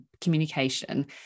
communication